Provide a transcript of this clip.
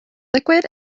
liquid